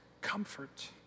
comfort